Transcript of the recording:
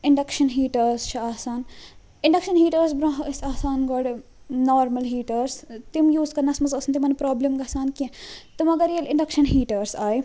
induction heaters چھِ آسان induction heaters برٛونٛہہ ٲسۍ آسان گۄڈٕ نارمل ہیٖٹرٕس تِم یوٗز کرنَس مَنٛز ٲس نہٕ تِمن پرٛابلم گَژھان کیٚنٛہہ تہٕ مگر ییٚلہِ اِنڈَکشَن ہیٖٹرٕس آیہِ